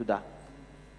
תודה.